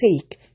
take